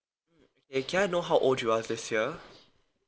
and can I know how old you are this year